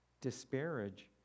disparage